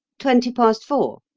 twenty past four,